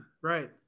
right